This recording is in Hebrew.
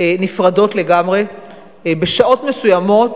נפרדות לגמרי בשעות מסוימות.